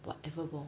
whatever ball